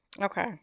Okay